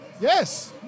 Yes